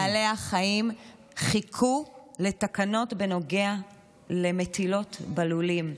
12. 12 שנה פעילי בעלי החיים חיכו לתקנות בנוגע למטילות בלולים,